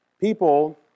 people